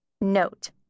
Note